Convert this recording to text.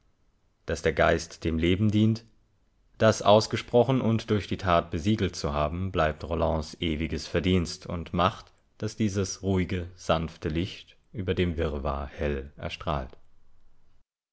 daß der geist dem leben dient das ausgesprochen und durch die tat besiegelt zu haben bleibt rollands ewiges verdienst und macht daß dieses ruhige sanfte licht über dem wirrwarr hell erstrahlt